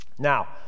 Now